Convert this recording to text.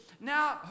Now